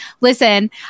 Listen